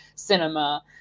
Cinema